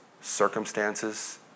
circumstances